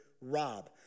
rob